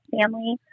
family